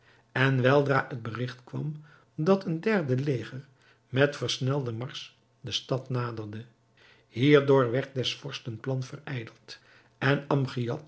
en weldra het berigt kwam dat een derde leger met versnelden marsch de stad naderde hierdoor werd des vorsten plan verijdeld en